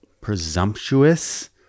presumptuous